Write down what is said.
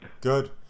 good